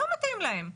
לא מתאים להם.